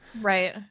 Right